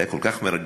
זה היה כל כך מרגש.